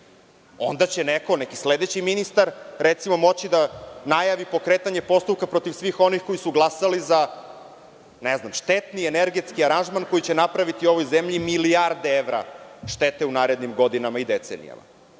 Onda će neko, neki sledeći ministar, recimo moći da najavi pokretanje postupka protiv svih onih koji su glasali za, ne znam, štetni energetski aranžman koji će napraviti ovoj zemlji milijarde evra štete u narednim godinama i decenijama. Neko